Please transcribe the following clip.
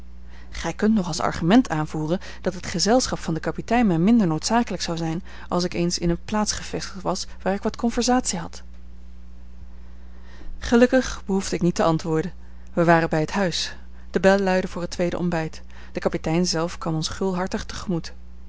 gij kunt nog als argument aanvoeren dat het gezelschap van den kapitein mij minder noodzakelijk zou zijn als ik eens in eene plaats gevestigd was waar ik wat conversatie had gelukkig behoefde ik niet te antwoorden wij waren bij het huis de bel luidde voor het tweede ontbijt de kapitein zelf kwam ons gulhartig